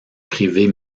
privée